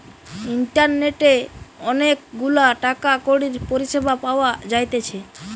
ইন্টারনেটে অনেক গুলা টাকা কড়ির পরিষেবা পাওয়া যাইতেছে